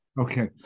Okay